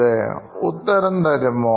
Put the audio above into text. ഒരു ഉത്തരം തരുവോ